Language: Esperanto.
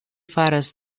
faras